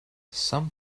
some